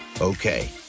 Okay